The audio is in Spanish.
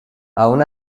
aun